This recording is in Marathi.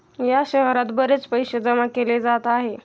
या शहरात बरेच पैसे जमा केले जात आहे